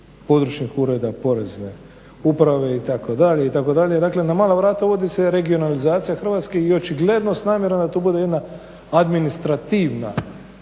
područnih ureda Porezne uprave itd., itd. Dakle, na mala vrata uvodi se regionalizacija Hrvatske i očigledno s namjerom da to bude jedna administrativna